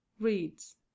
reads